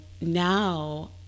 now